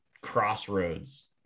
crossroads